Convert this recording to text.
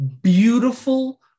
beautiful